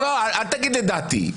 אל תגיד לדעתי.